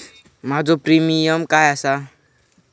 माझो प्रीमियम काय आसा?